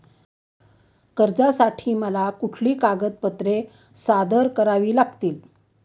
कर्जासाठी मला कुठली कागदपत्रे सादर करावी लागतील?